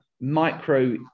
micro